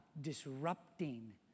disrupting